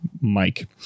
mike